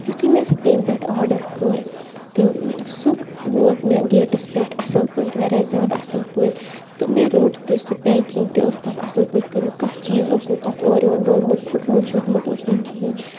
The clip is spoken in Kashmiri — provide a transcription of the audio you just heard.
یُتھٕے مےٚ سُہ تَمہِ پٮ۪ٹھ آرڈر کٔر تہٕ سُہ ووت مےٚ گیٹَس پٮ۪ٹھ اَصٕل پٲٹھۍ وارِیاہ زیادٕ اَصٕل پٲٹھۍ تہٕ مےٚ روٚٹ تہِ سُہ پٮ۪کِنٛگ تہِ ٲس تَتھ اَصٕل پٲٹھۍ کانٛہہ چیٖز اوس نہٕ تَتھ اورٕ یور ڈولمُت پھُٹمُت شُٹمُت اوس نہٕ کِہیٖنۍ